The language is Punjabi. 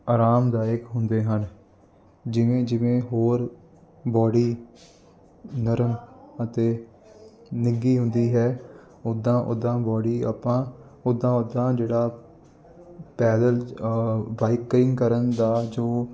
ਆਰਾਮਦਾਇਕ ਹੁੰਦੇ ਹਨ ਜਿਵੇਂ ਜਿਵੇਂ ਹੋਰ ਬੋਡੀ ਨਰਮ ਅਤੇ ਨਿੱਘੀ ਹੁੰਦੀ ਹੈ ਉੱਦਾਂ ਉੱਦਾਂ ਬੋਡੀ ਆਪਾਂ ਉੱਦਾਂ ਉੱਦਾਂ ਜਿਹੜਾ ਪੈਦਲ ਬਾਈਕਿੰਗ ਕਰਨ ਦਾ ਜੋ